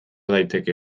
daiteke